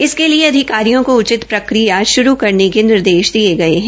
इसके लिए अधिकारियों को उचित प्रक्रिया श्रू करने के निर्देश दिये गये है